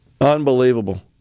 Unbelievable